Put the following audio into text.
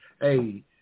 hey